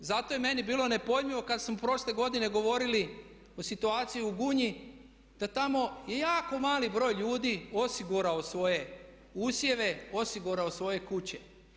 Zato je meni bilo nepojmljivo kad smo prošle godine govorili o situaciji u Gunji da tamo je jako mali broj ljudi osigurao svoje usjeve, osigurao svoje kuće.